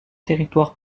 territoire